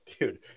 Dude